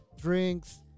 drinks